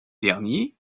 derniers